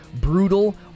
brutal